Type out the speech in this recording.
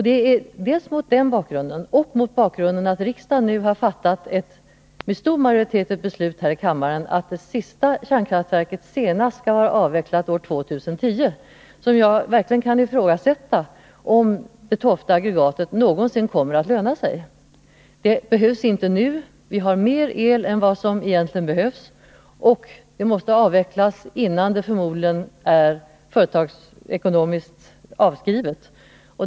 Det är dels mot den bakgrunden, dels mot bakgrund av att riksdagen med stor majoritet beslutat att det sista kärnkraftverket skall vara avvecklat senast år 2010 som jag kan ifrågasätta om det tolfte aggregatet någonsin kommer att löna sig. Det behövs inte nu. Vi har mer el än som egentligen behövs, och det tolfte aggregatet måste förmodligen avvecklas innan det är företagsekonomiskt avskrivet.